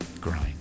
grind